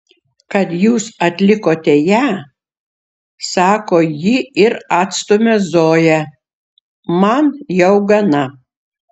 kad jūs atlikote ją sako ji ir atstumia zoją man jau gana